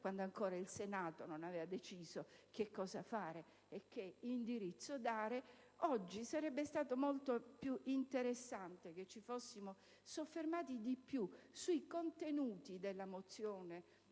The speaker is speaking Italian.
quando ancora il Senato non aveva deciso cosa fare e che indirizzo dare. Oggi sarebbe stato molto più interessante che ci fossimo soffermati di più sui contenuti della mozione del